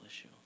issue